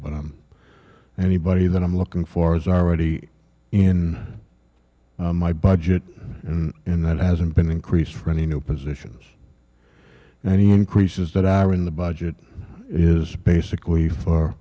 but i'm anybody that i'm looking for is already in my budget and that hasn't been increased for any new positions and any increases that are in the budget is basically